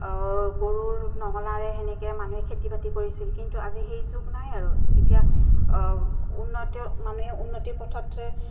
গৰুৰ নঙলাৰে সেনেকে মানুহে খেতি বাতি কৰিছিল কিন্তু আজিকালি সেই যুগ নাই আৰু এতিয়া উন্নতি মানুহে উন্নতিৰ পথত